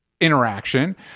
interaction